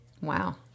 Wow